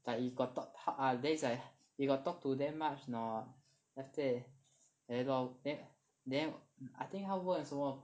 like you got talk ah then is like you got talk to them much not then after that then then I think 他问什么